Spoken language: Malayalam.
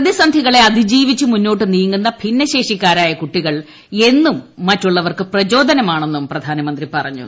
പ്രതിസന്ധികളെ അതിജീവിച്ച് മുന്നോട്ട് നീങ്ങുന്ന ഭിന്നശേഷിക്കാരായ കുട്ടികൾ എന്നും മറ്റുള്ളവർക്ക് പ്രചോദനമാണെന്നും പ്രധാനമന്ത്രി പറഞ്ഞു